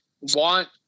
want